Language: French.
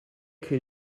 que